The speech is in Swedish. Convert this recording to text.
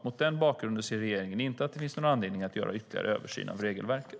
Mot den bakgrunden ser regeringen inte att det finns någon anledning att göra ytterligare översyn av regelverket.